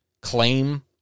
claim